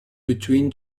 between